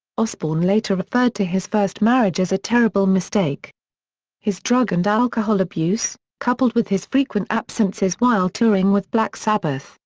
osbourne later referred to his first marriage as a terrible mistake his drug and alcohol abuse, coupled with his frequent absences while touring with black sabbath,